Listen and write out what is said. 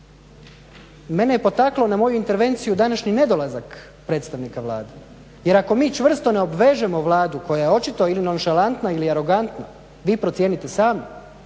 mene je potaklo na moju intervenciju današnji nedolazak predstavnika Vlade jer ako mi čvrsto ne obvežemo Vladu koja je očito ili nonšalantna ili arogantna vi procijenite sami,